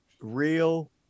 Real